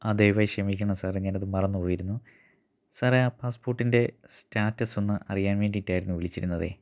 ആ ദയവായി ക്ഷമിക്കണം സാറേ ഞാൻ അത് മറന്നു പോയിരുന്നു സാറേ ആ പാസ്പോർട്ടിൻ്റെ സ്റ്റാറ്റസ് ഒന്ന് അറിയാൻ വേണ്ടിയിട്ടായിരുന്നു വിളിച്ചിരുന്നതേ